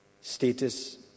status